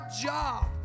job